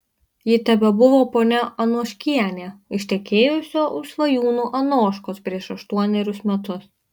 ji tebebuvo ponia anoškienė ištekėjusi už svajūno anoškos prieš aštuonerius metus